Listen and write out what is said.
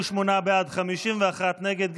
37 בעד, 51 נגד.